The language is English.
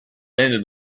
into